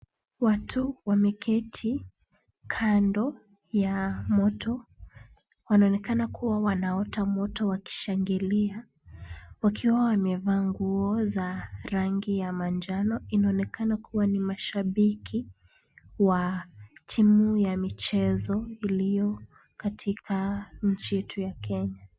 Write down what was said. Watu wameketi kando ya moto. Wanaonekana kuwa awanaota moto wakishangilia wakiwa wamevaa nguo za rangi ya manjano. Inaonekana kuwa ni mashabiki wa timu ya michezo iliyo katika nchi yetu ya Kenya.